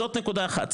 זאת נקודה אחת.